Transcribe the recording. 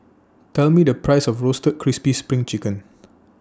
Tell Me The Price of Roasted Crispy SPRING Chicken